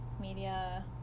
media